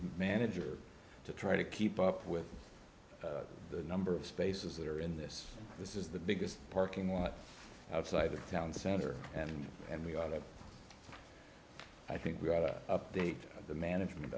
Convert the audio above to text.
manager to try to keep up with the number of spaces that are in this this is the biggest parking lot outside the town center and and we got it i think we want to update the management